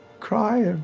cry or,